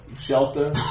shelter